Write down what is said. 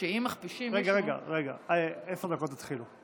שאם מכפישים מישהו, רגע, רגע, עשר הדקות התחילו.